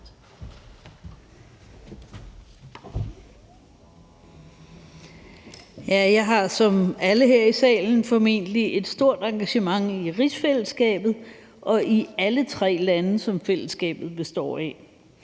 Jeg har som formentlig alle her i salen et stort engagement i rigsfællesskabet og i alle tre lande, som fællesskabet består af.